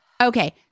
Okay